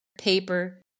paper